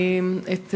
את